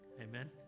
amen